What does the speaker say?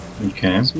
Okay